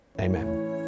Amen